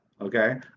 okay